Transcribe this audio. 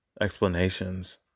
explanations